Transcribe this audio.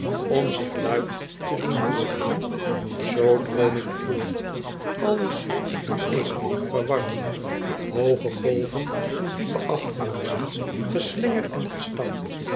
om zich luid te doen hooren zoo droom ik voort alles dooreen verwarrende hooge golven en diepe afgronden geslinger en gestamp